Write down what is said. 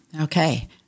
Okay